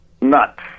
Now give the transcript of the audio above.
nuts